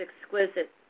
exquisite